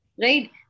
Right